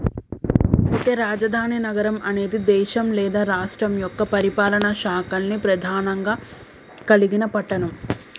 అయితే రాజధాని నగరం అనేది దేశం లేదా రాష్ట్రం యొక్క పరిపాలనా శాఖల్ని ప్రధానంగా కలిగిన పట్టణం